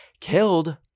killed